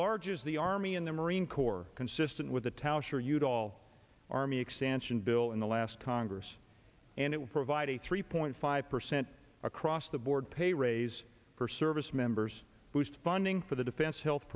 enlarges the army and the marine corps consistent with the tao sure you'd all army expansion bill in the last congress and it would provide a three point five percent across the board pay raise for service members boost funding for the defense health